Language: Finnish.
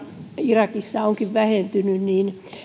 irakissa onkin vähentynyt niin